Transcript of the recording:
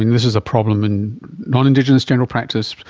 this is a problem in non-indigenous general practice,